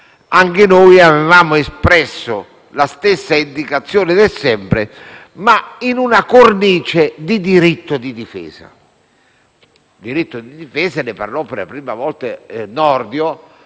Anche noi avevamo espresso la stessa indicazione dell'avverbio «sempre», ma in una cornice di diritto di difesa, diritto del quale parlò per la prima volta Nordio,